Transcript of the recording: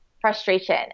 frustration